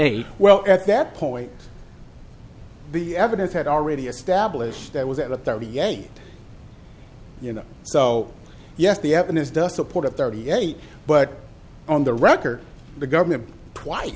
eight well at that point the evidence had already established that was at thirty eight you know so yes the evidence does support a thirty eight but on the record the government twice